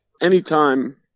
Anytime